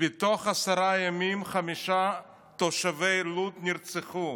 בתוך עשרה ימים, חמישה תושבי לוד נרצחו.